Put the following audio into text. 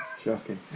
Shocking